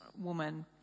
woman